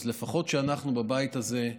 אז לפחות שאנחנו, בבית הזה,